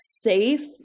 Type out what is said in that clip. safe